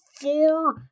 four